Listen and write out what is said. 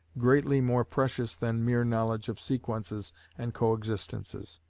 greatly more precious than mere knowledge of sequences and co-existences.